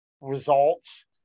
results